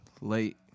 late